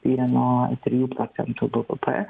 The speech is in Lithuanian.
tai yra nuo trijų procentų bvp